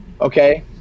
Okay